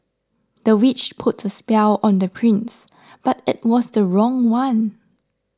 the witch put a spell on the prince but it was the wrong one